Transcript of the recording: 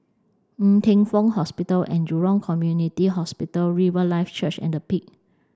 Ng Teng Fong Hospital and Jurong Community Hospital Riverlife Church and Peak